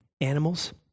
animals